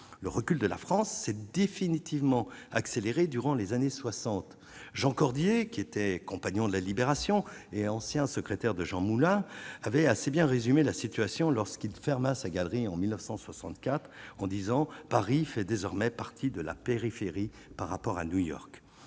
le recul de la France, c'est définitivement durant les années 60 Jean Cordier qui était Compagnon de la Libération et ancien secrétaire de Jean Moulin avait assez bien résumé la situation lorsqu'il ferma sa galerie en 1964 en 10 ans Paris fait désormais partie de la périphérie par rapport à New York